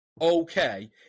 okay